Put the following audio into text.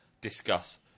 Discuss